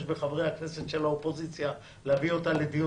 בחברי הכנסת של האופוזיציה להביא אותה לדיון